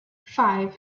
five